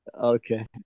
Okay